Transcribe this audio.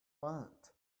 faint